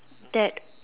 that